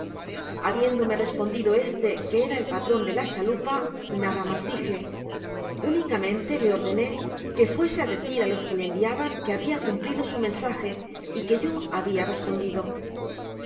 habiéndome respondido éste que era el patron de la chalupa nada mas dije únicamente le ordené que fuese á decir á los que le enviaban que habia cumplido su mensaje y que yo habia respondido